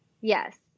Yes